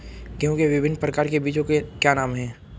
गेहूँ के विभिन्न प्रकार के बीजों के क्या नाम हैं?